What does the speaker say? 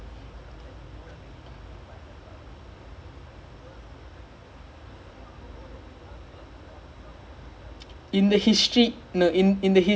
I mean like it would've been interesting final lah I think like the spurce என்ன கிழிச்சாங்க:enna kizhichanga play like that was a I feel like that was like legit I will say it's one of the most boring finals I ever watch